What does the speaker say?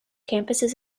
campuses